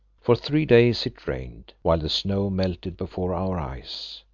for three days it rained, while the snows melted before our eyes.